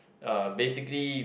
uh basically